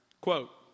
Quote